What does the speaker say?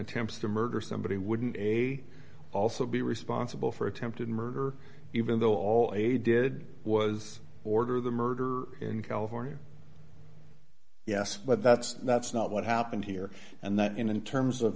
attempts to murder somebody wouldn't a also be responsible for attempted murder even though all a did was order the murder in california yes but that's that's not what happened here and that in terms of